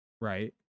right